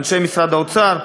אנשי משרד האוצר,